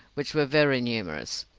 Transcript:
which were very numerous.